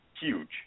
huge